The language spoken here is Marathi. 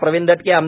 प्रवीण दटके आ